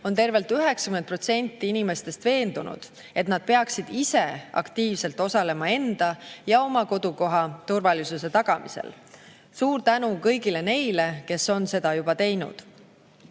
on tervelt 90% inimestest veendunud, et nad peaksid ise aktiivselt osalema enda ja oma kodukoha turvalisuse tagamisel. Suur tänu kõigile neile, kes on seda juba teinud!